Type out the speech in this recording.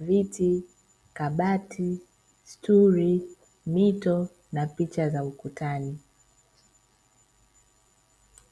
viti, kabati, stuli, mito na picha za ukutani.